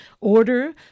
order